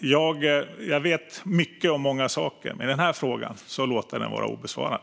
Jag vet mycket om många saker, men den här frågan låter jag vara obesvarad.